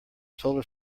solar